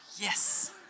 Yes